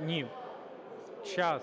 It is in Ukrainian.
Ні. Час.